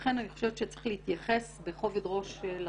לכן, אני חושבת שצריך להתייחס ברצינות לדוח.